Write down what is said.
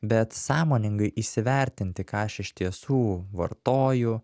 bet sąmoningai įsivertinti ką aš iš tiesų vartoju